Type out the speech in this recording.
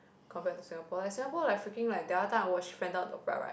compared to Singapore like Singapore like freaking like that time I was phantom of the opera right